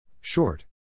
short